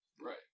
Right